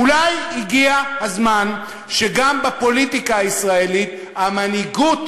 אולי הגיע הזמן שגם בפוליטיקה הישראלית המנהיגות